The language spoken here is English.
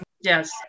yes